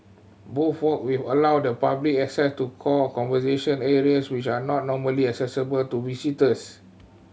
both walk will allow the public access to core conservation areas which are not normally accessible to visitors